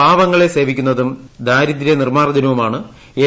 പാവങ്ങളെ സേവിക്കുന്നതും ദാരിദ്ര നിർമ്മാർജ്ജനവുമാണ് എൻ